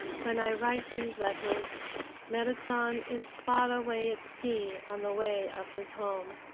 when i write these letters merrit san is far away at sea on the way of his home.